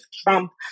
Trump